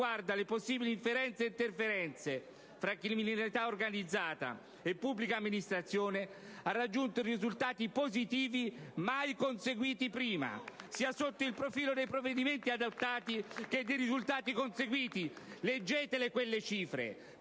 riguardo alle possibili inferenze e interferenze tra criminalità organizzata e pubblica amministrazione, ha raggiunto risultati positivi mai conseguiti prima, sia sotto il profilo dei provvedimenti adottati che dei risultati conseguiti! *(Applausi